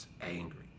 angry